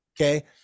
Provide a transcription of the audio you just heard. Okay